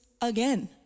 again